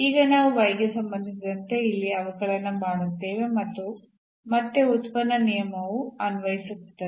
ಈಗ ನಾವು y ಗೆ ಸಂಬಂಧಿಸಿದಂತೆ ಇಲ್ಲಿ ಅವಕಲನ ಮಾಡುತ್ತೇವೆ ಮತ್ತು ಮತ್ತೆ ಉತ್ಪನ್ನ ನಿಯಮವು ಅನ್ವಯಿಸುತ್ತದೆ